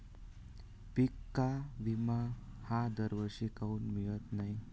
पिका विमा हा दरवर्षी काऊन मिळत न्हाई?